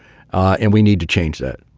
and we need to change that